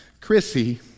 Chrissy